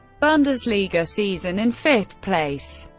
bundesliga season in fifth place.